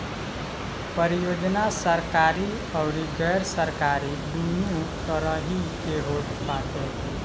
परियोजना सरकारी अउरी गैर सरकारी दूनो तरही के होत बाटे